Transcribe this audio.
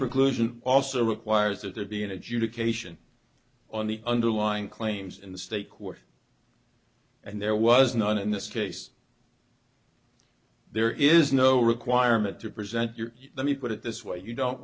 preclusion also requires that there be an adjudication on the underlying claims in the state court and there was none in this case there is no requirement to present your let me put it this way you don't